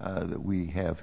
that we have